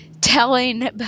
telling